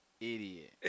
idiot